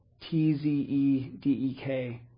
T-Z-E-D-E-K